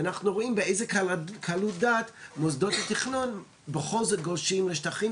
ואנחנו רואים באיזו קלות דעת מוסדות התכנון בכל זאת גולשים לשטחים,